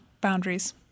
boundaries